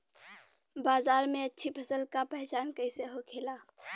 बाजार में अच्छी फसल का पहचान कैसे होखेला?